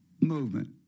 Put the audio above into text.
movement